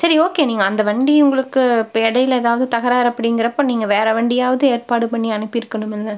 சரி ஓகே நீங்கள் அந்த வண்டி உங்களுக்கு இப்போ இடையில ஏதாவது தகராறு அப்படிங்கிறப்ப நீங்கள் வேறு வண்டியாவது ஏற்பாடு பண்ணி அனுப்பி இருக்கணும் இல்லை